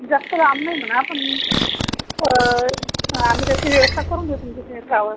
जास्त लांब नाही म्हणा पण आम्ही तशी व्यवस्था करून देऊ तुमची त्यावर